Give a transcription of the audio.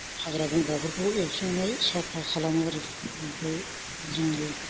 हाग्रा बंग्राफोरखौ एवस्रांनानै साफा खालामो आरो ओमफ्राय जोङो